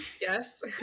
yes